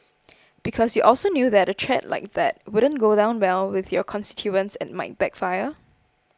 because you also knew that a threat like that wouldn't go down well with your constituents and might backfire